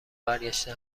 برگشته